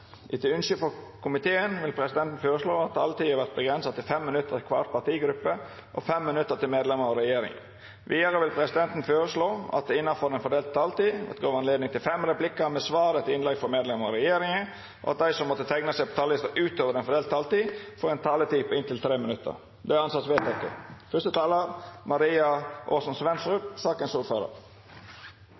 Etter ønske frå justiskomiteen vil presidenten føreslå at taletida vert avgrensa til 5 minutt til kvar partigruppe og 5 minutt til medlemer av regjeringa. Vidare vil presidenten føreslå at det – innanfor den fordelte taletida – vert gjeve anledning til replikkordskifte på inntil fem replikkar med svar etter innlegg frå medlemer av regjeringa, og at dei som måtte teikna seg på talarlista utover den fordelte taletida, får ei taletid på inntil 3 minutt. – Det er vedteke.